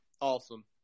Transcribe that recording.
Awesome